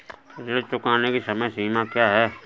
ऋण चुकाने की समय सीमा क्या है?